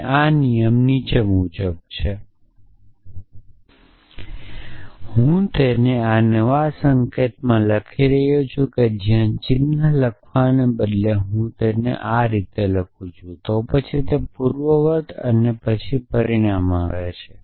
અને નિયમ નીચે મુજબ છે હું તેને આ નવા સંકેતમાં લખી રહ્યો છું જ્યાં ચિન્હ લખવાને બદલે હું અહીં લખું છું તો પછી પૂર્વવર્તી અને પછી પરિણામ છે